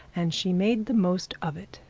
and she made the most of it.